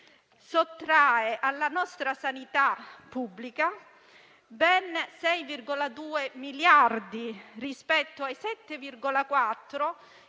sottrae alla nostra sanità pubblica ben 6,2 miliardi di euro, rispetto ai 7,4